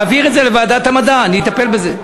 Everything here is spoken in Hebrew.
להעביר את זה לוועדת המדע, אני אטפל בזה.